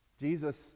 Jesus